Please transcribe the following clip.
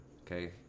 Okay